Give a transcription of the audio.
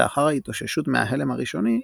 לאחר ההתאוששות מההלם הראשוני,